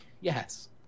Yes